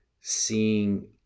seeing